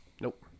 Nope